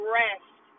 rest